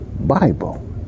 Bible